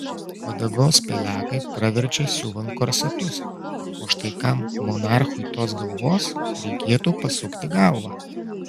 uodegos pelekai praverčia siuvant korsetus o štai kam monarchui tos galvos reikėtų pasukti galvą